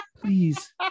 please